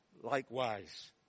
likewise